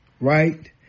right